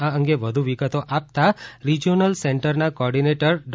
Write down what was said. આ અંગે વધુ વિગતો આપતા રિજીયોનલ સેન્ટરના કોઓર્ડિનેટર ડો